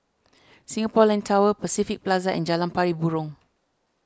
Singapore Land Tower Pacific Plaza and Jalan Pari Burong